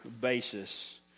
basis